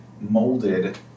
molded